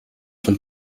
von